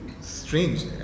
strange